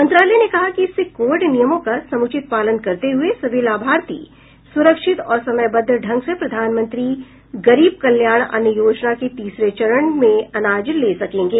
मंत्रालय ने कहा कि इससे कोविड नियमों का समुचित पालन करते हुए सभी लाभार्थी सुरक्षित और समयबद्ध ढंग से प्रधानमंत्री गरीब कल्याण अन्न योजना के तीसरे चरण में अनाज ले सकेंगे